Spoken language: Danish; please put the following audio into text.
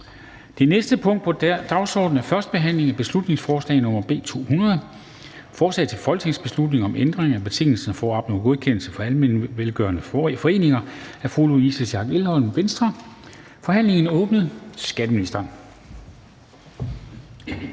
Det næste punkt på dagsordenen er: 13) 1. behandling af beslutningsforslag nr. B 200: Forslag til folketingsbeslutning om ændring af betingelserne for at opnå godkendelse som almenvelgørende forening. Af Louise Schack Elholm (V) m.fl. (Fremsættelse